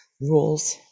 rules